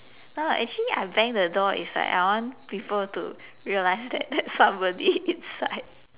no actually I bang the door is like I want people to realize that that somebody inside